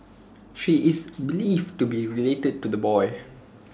she is believed to be related to the boy